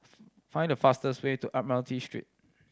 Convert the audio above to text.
find the fastest way to Admiralty Street